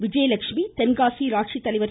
விஜயலட்சுமி தென்காசியில் ஆட்சித்தலைவர் திரு